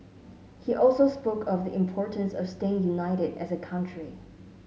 he also spoke of the importance of staying united as a country